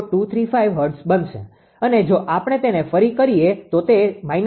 0235 Hz બનશે અને જો આપણે તેને ફરી કરીએ તો તે 0